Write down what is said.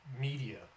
media